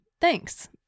Thanks